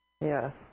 Yes